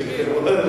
אז תגיד.